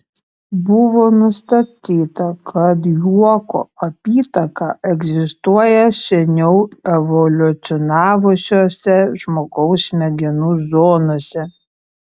buvo nustatyta kad juoko apytaka egzistuoja seniau evoliucionavusiose žmogaus smegenų zonose